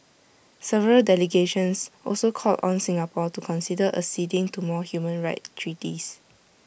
several delegations also called on Singapore to consider acceding to more human rights treaties